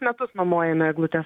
metus nuomojame eglutes